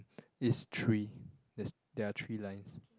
it's three there're there are three lines